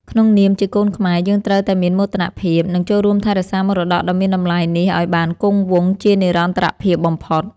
ក្នុងនាមជាកូនខ្មែរ យើងត្រូវតែមានមោទនភាព និង ចូលរួមថែរក្សាមរតកដ៏មានតម្លៃនេះឱ្យបានគង់វង្សជានិរន្តរភាពបំផុត។